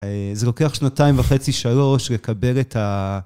זה לוקח שנתיים וחצי, שלוש, לקבל את ה...